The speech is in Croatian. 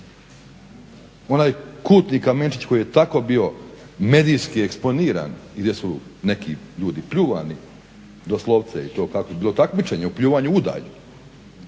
Onaj kutni kamenčić koji je tako bio medijski eksponiran i gdje su neki ljudi pljuvani doslovce i to je bilo takmičenje u pljuvanju u dalj,